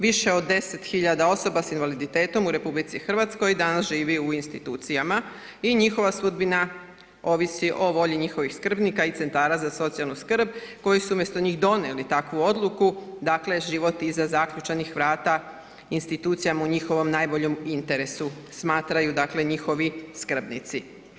Više od 10 000 osoba s invaliditetom u RH danas živi u institucijama i njihova sudbina ovisi o volji njihovih skrbnika i centara za socijalnu skrb koji su umjesto njih donijeli takvu odluku, dakle život iza zaključanih vrata institucijama u njihovom najboljem interesu, smatraju dakle njihovi skrbnici.